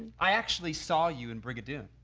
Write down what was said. i actually saw you in brigadoon.